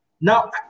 Now